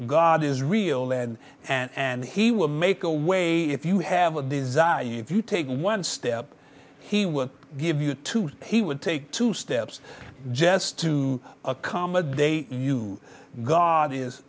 god is real then and he will make a way if you have a desire you if you take one step he will give you two he would take two steps just to accommodate you god is